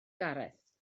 gareth